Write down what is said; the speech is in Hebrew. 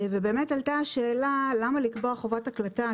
ובאמת עלתה השאלה למה לקבוע חובת הקלטה.